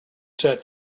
set